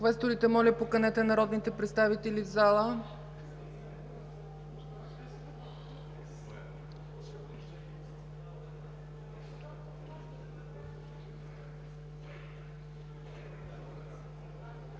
Квесторите, моля поканете народните представители в залата.